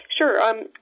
Sure